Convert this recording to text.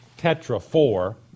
tetra-four